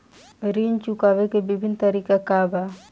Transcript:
ऋण चुकावे के विभिन्न तरीका का बा?